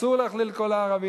אסור להכליל את כל הערבים,